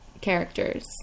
characters